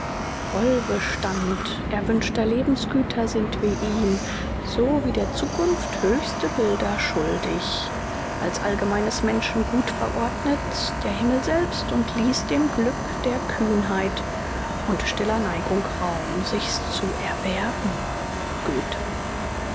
vollbestand erwünschter lebensgüter sind wir ihm so wie der zukunft höchste bilder schuldig als allgemeines menschengut verordnet's der himmel selbst und ließ dem glück der kühnheit und stiller neigung raum sich's zu erwerben